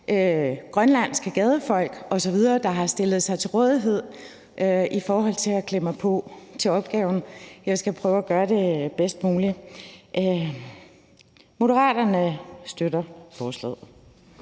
grønlandske gadefolk osv., der har stillet sig til rådighed i forhold til at klæde mig på til opgaven. Jeg skal prøve at gøre det bedst muligt. Moderaterne støtter forslaget.